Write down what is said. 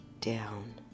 down